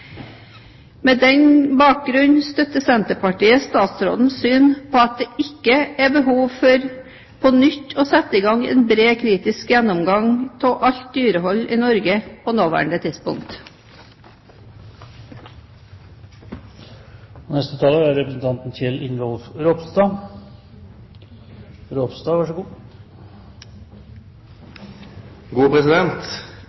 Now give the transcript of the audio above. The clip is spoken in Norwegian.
med den nye dyrevelferdsloven har lagt til rette for at dyr skal bli behandlet på en god og forsvarlig måte. På denne bakgrunn støtter Senterpartiet statsrådens syn om at det ikke er behov for på nytt å sette i gang en bred, kritisk gjennomgang av alt dyrehold i Norge på nåværende tidspunkt.